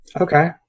Okay